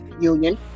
union